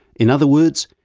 in other words,